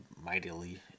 mightily